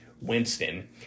Winston